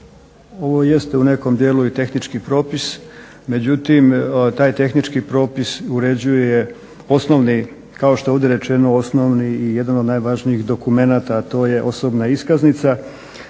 Ovo jeste u nekom dijelu i tehnički propis, međutim taj tehnički propis uređuje osnovni, kao što je ovdje rečeno osnovni i jedan od najvažnijih dokumenata, a to je osobna iskaznica.